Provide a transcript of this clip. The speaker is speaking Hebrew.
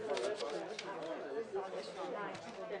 הישיבה נעולה.